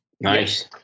nice